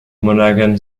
monaghan